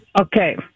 Okay